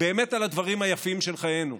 באמת על הדברים היפים של חיינו.